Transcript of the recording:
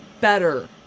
better